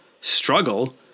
struggle